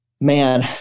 man